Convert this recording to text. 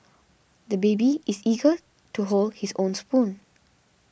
the baby is eager to hold his own spoon